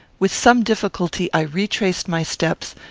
with some difficulty i retraced my steps,